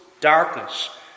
darkness